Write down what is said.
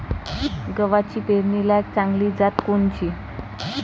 गव्हाची पेरनीलायक चांगली जात कोनची?